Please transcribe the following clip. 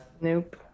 Nope